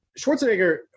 Schwarzenegger